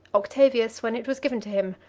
octavius, when it was given to him,